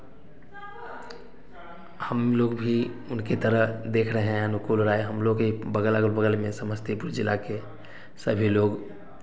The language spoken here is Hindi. हम लोग भी उनकी तरह देख रहे हैं अनुकूल राय हम लोग के बगल अगल बगल में समस्तीपुर जिला के सभी लोग